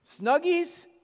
Snuggies